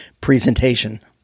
presentation